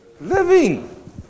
Living